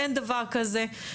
אין דבר כזה.